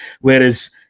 whereas